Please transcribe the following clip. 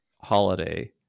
holiday